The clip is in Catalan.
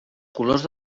colors